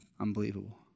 Unbelievable